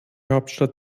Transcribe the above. hauptstadt